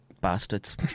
Bastards